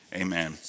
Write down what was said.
amen